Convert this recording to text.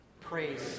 Praise